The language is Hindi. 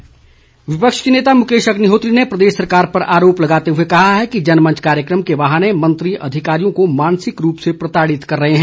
अग्निहोत्री विपक्ष के नेता मुकेश अग्निहोत्री ने प्रदेश सरकार पर आरोप लगाते हुए कहा है कि जनमंच कार्यक्रम के बहाने मंत्री अधिकारियों को मानसिक रूप से प्रताड़ित कर रहे हैं